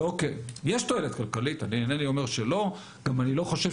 יש תועלת כלכלית אינני אומר שלא אני גם לא חושב